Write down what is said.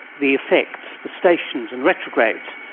the effects, the stations and retrogrades,